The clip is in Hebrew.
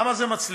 למה זה מצליח?